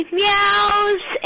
meows